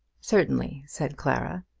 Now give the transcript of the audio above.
certainly, said clara.